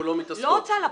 לא הוצאה לפועל,